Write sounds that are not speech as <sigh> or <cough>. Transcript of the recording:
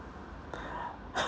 <laughs>